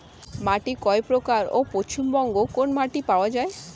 মাটি কয় প্রকার ও পশ্চিমবঙ্গ কোন মাটি পাওয়া য়ায়?